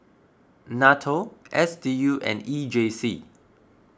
Nato S D U and E J C